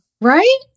Right